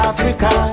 Africa